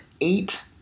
eight